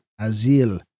Azil